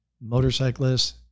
motorcyclists